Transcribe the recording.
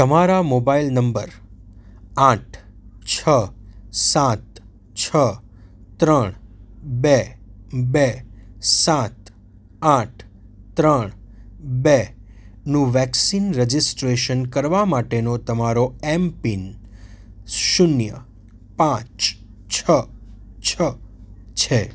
મારા mobile number આઠ છ સાત છ ત્રણ બે બે સાત આઠ ત્રણ બે નું વેક્સિન રજીસ્ટ્રેશન કરવા માટેનો તમારો એમપીન શૂન્ય પાંચ છ છ છે